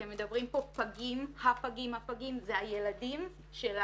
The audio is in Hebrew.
אתם מדברים כאן על פגים אבל אלה הילדים שלנו.